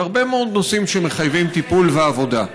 והרבה מאוד נושאים שמחייבים טיפול ועבודה.